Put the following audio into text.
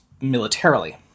militarily